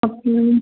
அப்புறம்